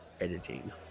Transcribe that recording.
editing